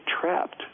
trapped